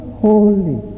holy